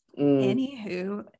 Anywho